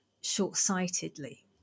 short-sightedly